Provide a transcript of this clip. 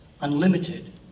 unlimited